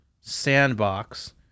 sandbox